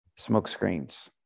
Smokescreens